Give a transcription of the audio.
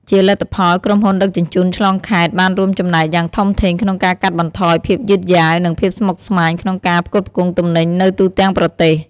ជាលទ្ធផល ក្រុមហ៊ុនដឹកជញ្ជូនឆ្លងខេត្តបានរួមចំណែកយ៉ាងធំធេងក្នុងការកាត់បន្ថយភាពយឺតយ៉ាវ និងភាពស្មុគស្មាញក្នុងការផ្គត់ផ្គង់ទំនិញនៅទូទាំងប្រទេស។